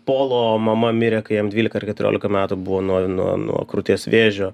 polo mama mirė kai jam dvylika ar keturiolika metų buvo nuo nuo nuo krūties vėžio